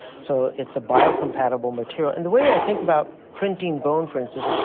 so it's a biocompatible material. and the way i think about printing bone, for instance,